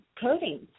coding